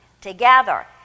Together